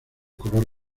color